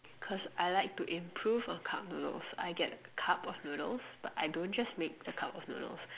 cause I like to improve on cup noodles I get cup of noodles but I don't just make the cup of noodles